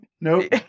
nope